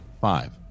Five